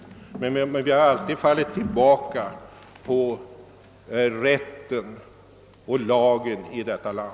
Vi har dock i detta land alltid fallit tillbaka på rätten och lagen.